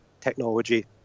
technology